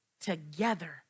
together